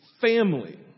family